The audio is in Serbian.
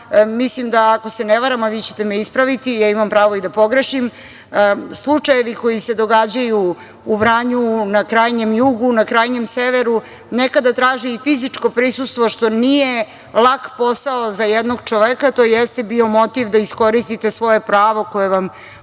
mislim da, ako se ne varam a vi ćete me ispraviti, ja imam pravo i da pogrešim, slučajevi koji se događaju u Vranju, na krajnjem jugu, na krajnjem severu, nekada traže i fizičko prisustvo, što nije lak posao za jednog čoveka. To jeste bio motiv da iskoristite svoje pravo koje vam uopšte